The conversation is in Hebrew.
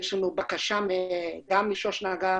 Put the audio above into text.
יש בקשה משוש נגר